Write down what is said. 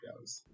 goes